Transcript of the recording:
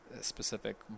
specific